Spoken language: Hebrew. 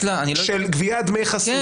גביית דמי חסות.